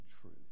truth